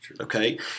Okay